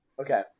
Okay